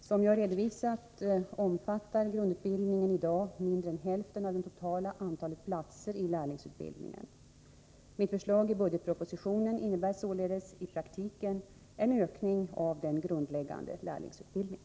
Som jag redovisat omfattar grundutbildningen i dag mindre än hälften av det totala antalet platser i lärlingsutbildningen. Mitt förslag i budgetpropositionen innebär således i praktiken en ökning av den grundläggande lärlingsutbildningen.